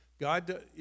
God